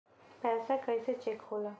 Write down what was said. पैसा कइसे चेक होला?